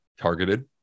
targeted